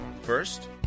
first